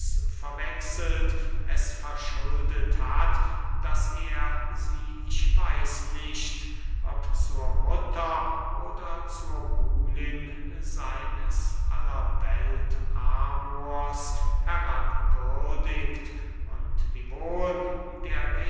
es verschuldet hat daß er sie ich weiß nicht ob zur mutter oder zur buhlin seines allerweltamors herabwürdigt und wiewohl der